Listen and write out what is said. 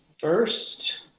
first